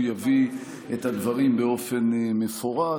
הוא יביא את הדברים באופן מפורט.